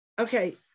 Okay